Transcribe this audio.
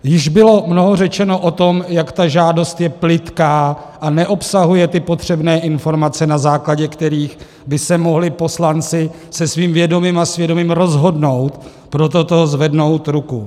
Již bylo mnoho řečeno o tom, jak ta žádost je plytká a neobsahuje ty potřebné informace, na základě kterých by se mohli poslanci se svým vědomím a svědomím rozhodnout pro toto zvednout ruku.